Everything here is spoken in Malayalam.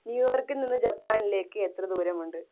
ന്യൂയോർക്കിൽ നിന്ന് ജപ്പാനിലേക്ക് എത്ര ദൂരമുണ്ട്